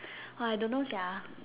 !wah! I don't know sia